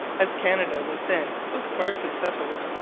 as canada was then so sparsely settled,